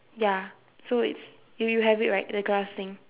ya so it's you you have it right the grass thing